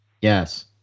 Yes